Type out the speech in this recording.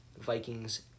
Vikings